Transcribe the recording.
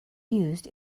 used